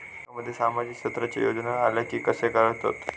बँकांमध्ये सामाजिक क्षेत्रांच्या योजना आल्या की कसे कळतत?